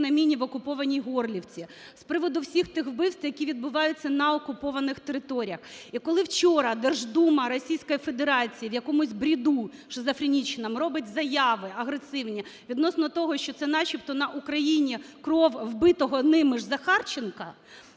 на міні в окупованій Горлівці, з приводу всіх тих вбивств, які відбуваються на окупованих територіях. І коли вчора Держдума Російської Федерації в якомусь бреду шизофренічному робить заяви агресивні відносно того, що це начебто на Україні кров вбитого ними жЗахарченка,